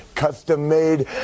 custom-made